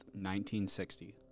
1960